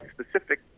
specific